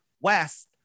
west